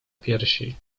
piersi